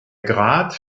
grad